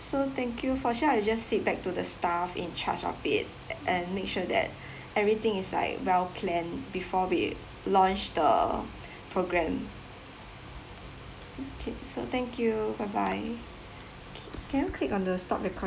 so thank you for sure I'll just feedback to the staff in charge of it a~ and make sure that everything is like well planned before we launch the program okay so thank you bye bye can you click on the stop recording